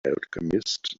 alchemist